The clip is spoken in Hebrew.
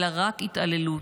אלא רק התעללות.